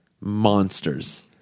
monsters